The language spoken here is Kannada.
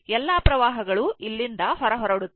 ಎಲ್ಲಾ ವಿದ್ಯುತ್ ಹರಿವುಗಳು ಇಲ್ಲಿಂದ ಹೊರಹೊರಡುತ್ತಿವೆ